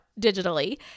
digitally